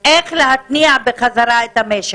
איך להתניע חזרה את המשק,